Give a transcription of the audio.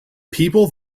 people